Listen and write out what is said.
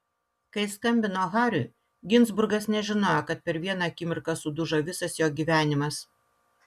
kai skambino hariui ginzburgas nežinojo kad per vieną akimirką sudužo visas jo gyvenimas